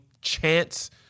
chance